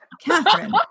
Catherine